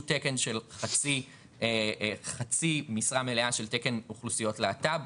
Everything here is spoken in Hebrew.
איישו תקן של חצי משרה מלאה של תקן אוכלוסיות להט"ב,